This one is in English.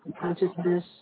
consciousness